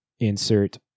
Insert